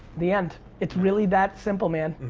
the end. it's really that simple, man.